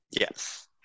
Yes